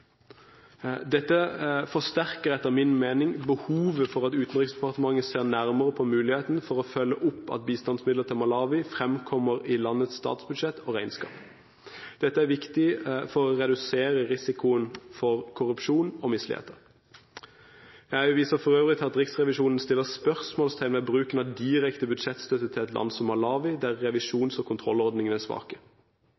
Dette forsterker etter min mening behovet for at Utenriksdepartementet ser nærmere på muligheten for å følge opp at bistandsmidler til Malawi fremkommer i landets statsbudsjett og regnskap. Dette er viktig for å redusere risikoen for korrupsjon og misligheter. Jeg viser for øvrig til at Riksrevisjonen setter spørsmålstegn ved bruken av direkte budsjettstøtte til et land som Malawi, der revisjons- og kontrollordningene er svake. Jeg i